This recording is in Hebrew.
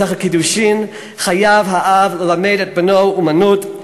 מסכת קידושין: חייב האב ללמד את בנו אומנות.